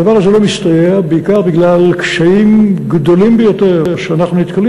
הדבר הזה לא מסתייע בעיקר בגלל קשיים גדולים ביותר שאנחנו נתקלים